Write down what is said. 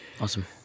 Awesome